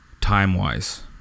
time-wise